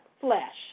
flesh